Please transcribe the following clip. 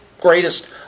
greatest